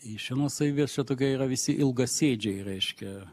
iš vienos savybės čia tokie yra visi ilgasėdžiai reiškia